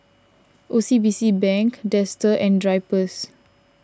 O C B C Bank Dester and Drypers